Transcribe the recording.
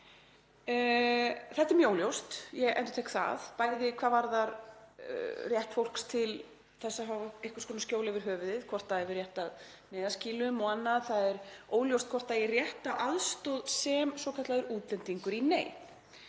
Þetta er mjög óljóst, ég endurtek það, bæði hvað varðar rétt fólks til þess að fá einhvers konar skjól yfir höfuðið, hvort það eigi rétt að neyðarskýlum og annað, hvort það eigi rétt á aðstoð sem svokallaður útlendingur í neyð.